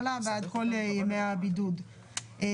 ההיעדרות של ההורה השני מעבודתו בשל חובת הבידוד שחלה על ילדם,